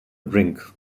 drink